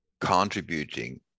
contributing